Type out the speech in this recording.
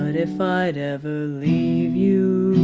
and if i'd ever leave you,